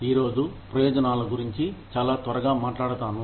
ఈరోజు ప్రయోజనాలు గురించి చాలా త్వరగా మాట్లాడుతాను